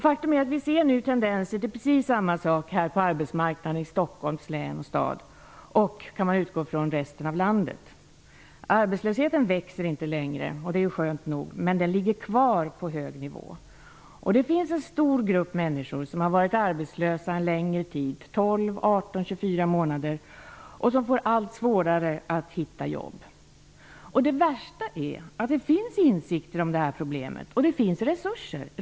Faktum är att vi nu ser tendenser till precis samma sak på arbetsmarknaden i Stockholms län och Stockholms stad men också, kan man utgå från, i resten av landet. Arbetslösheten växer inte längre, och det är skönt. Men den ligger kvar på en hög nivå. Det finns en stor grupp människor som har varit arbetslösa under en längre tid -- i 12, 18 eller 24 månader -- och som får allt större svårigheter när det gäller att hitta jobb. Det värsta är att det finns insikter om problemet. Dessutom finns det resurser.